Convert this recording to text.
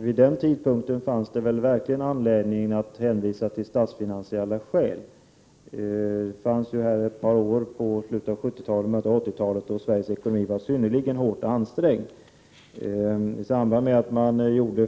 vid den tidpunkten verkligen fanns anledning att hänvisa till statsfinansiella skäl. Under ett par år i slutet av 70-talet och i början av 80-talet var Sveriges ekonomi synnerligen hårt ansträngd.